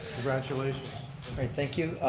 congratulations. alright thank you.